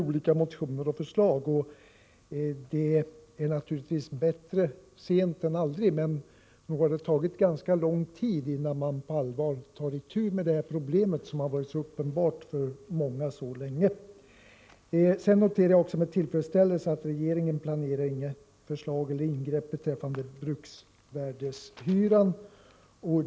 Det är naturligvis bättre sent än aldrig, men nog har det dröjt ganska länge innan man på allvar tagit itu med detta problem, som har varit så uppenbart för många så länge. Sedan noterar jag med tillfredsställelse att regeringen inte planerar några förslag eller ingrepp beträffande bruksvärdeshyran.